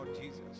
Jesus